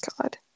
god